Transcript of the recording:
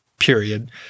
Period